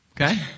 Okay